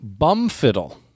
Bumfiddle